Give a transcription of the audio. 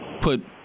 put